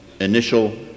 initial